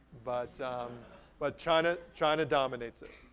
but um but china china dominates it.